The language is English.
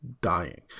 dying